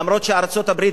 אף שארצות-הברית,